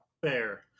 Fair